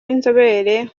w’inzobere